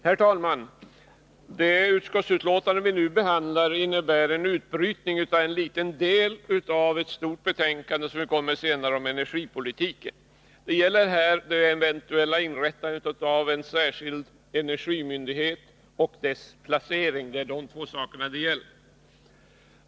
Herr talman! Det utskottsbetänkande som vi nu behandlar innebär en utbrytning av en liten del ur ett stort betänkande om energipolitiken som kommer senare. Det gäller här två saker, nämligen ett eventuellt inrättande av en särskild energimyndighet samt dess placering.